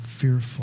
fearful